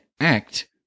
act